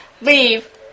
leave